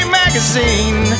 magazine